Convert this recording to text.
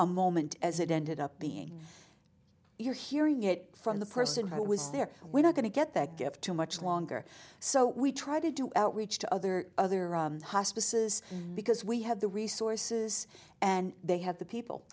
a moment as it ended up being you're hearing it from the person who was there we're not going to get that give too much longer so we try to do outreach to other other hospices because we have the resources and they have the people